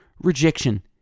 Rejection